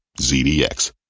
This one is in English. ZDX